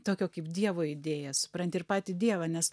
tokio kaip dievo idėją supranti ir patį dievą nes